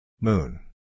Moon